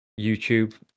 YouTube